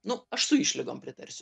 nu aš su išlygom pritarsiu